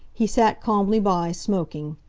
he sat calmly by, smoking.